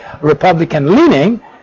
Republican-leaning